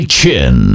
Chin